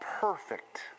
perfect